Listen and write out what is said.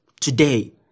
today